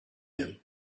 him